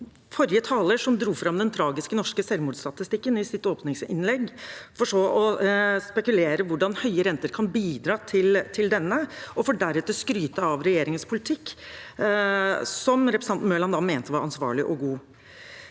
forrige taler dro jo fram den tragiske norske selvmordsstatistikken i sitt åpningsinnlegg, for så å spekulere i hvordan høye renter kan bidra til denne, for deretter å skryte av regjeringens politikk, som representanten Mørland mente var ansvarlig og god.